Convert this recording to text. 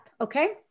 okay